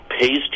pays